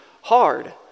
hard